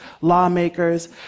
lawmakers